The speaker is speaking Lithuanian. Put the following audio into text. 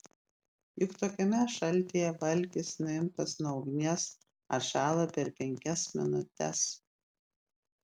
juk tokiame šaltyje valgis nuimtas nuo ugnies atšąla per penkias minutes